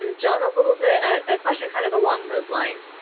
and john, a little bit a question kind of along those lines.